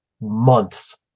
months